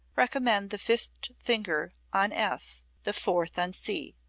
recommend the fifth finger on f, the fourth on c.